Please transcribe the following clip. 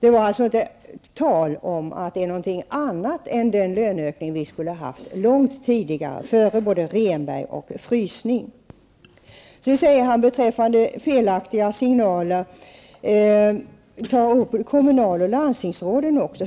Det var inte tal om att det var något annat än den löneökning vi skulle haft långt tidigare, före både När det gäller felaktiga signaler tar Kurt Ove Johansson även upp kommunal och landstingsråden.